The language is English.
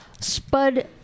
Spud